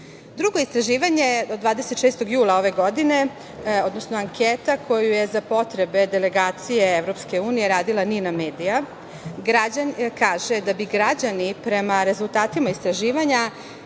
istraživanje od 26. jula ove godine, odnosno anketa koju je za potrebe delegacije EU radila „Ninamedija“ kaže da bi građani prema rezultatima istraživanja